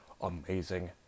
amazing